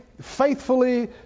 faithfully